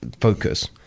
focus